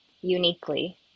uniquely